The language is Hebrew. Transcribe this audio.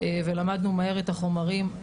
ולמדנו מהר את החומרים.